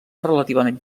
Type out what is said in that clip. relativament